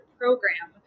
program